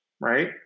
right